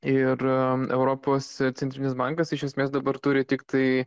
ir europos centrinis bankas iš esmės dabar turi tiktai